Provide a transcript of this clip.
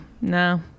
No